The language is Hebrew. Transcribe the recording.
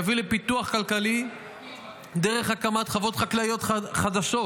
הוא יביא לפיתוח כלכלי דרך הקמת חוות חקלאיות חדשות,